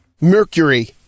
Mercury